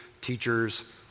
teachers